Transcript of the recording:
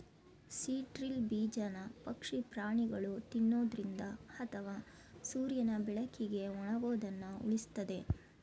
seed drill ಬೀಜನ ಪಕ್ಷಿ ಪ್ರಾಣಿಗಳು ತಿನ್ನೊದ್ರಿಂದ ಅಥವಾ ಸೂರ್ಯನ ಬೆಳಕಿಗೆ ಒಣಗೋದನ್ನ ಉಳಿಸ್ತದೆ